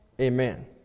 Amen